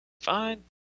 Fine